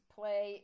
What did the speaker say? play